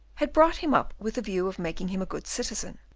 had brought him up with the view of making him a good citizen.